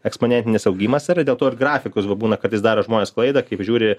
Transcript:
eksponentinis augimas yra dėl to ir grafikus va būna kartais daro žmonės klaidą kai pažiūri